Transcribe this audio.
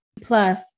Plus